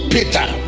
Peter